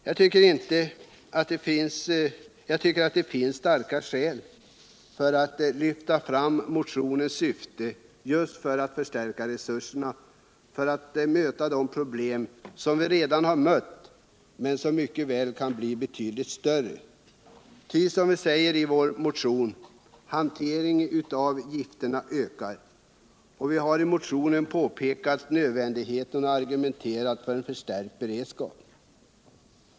Jag tycker att det finns starka skäl för att lyfta fram motionens syfte, att förstärka våra resurser för att möta de problem som vi redan har mött men som mycket väl kan bli betydligt större, ty, som vi säger i vår motion, ”hanteringen av gifter ökar”. Vi har också i motionen pekat på nödvändigheten av att argumentera för en förstärkt beredskap.